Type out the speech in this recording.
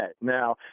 Now